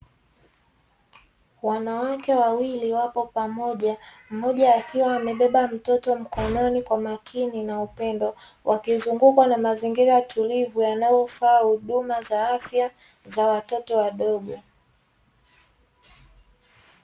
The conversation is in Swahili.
Wanawake wawili wapo pamoja, mmoja akiwa amebeba mtoto mkononi kwa makini na upendo wakizungukwa na mazingira tulivu yanayofaa huduma za afya za watoto wadogo.